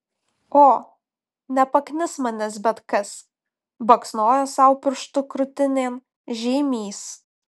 o nepaknis manęs bet kas baksnojo sau pirštu krūtinėn žeimys